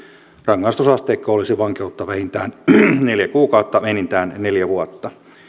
rangaistusasteikko olisi vankeutta vähintään neljä kuukautta enintään neljä vuotta